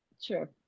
sure